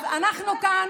אז אנחנו כאן